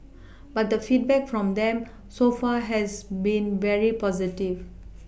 but the feedback from them so far has been very positive